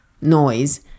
noise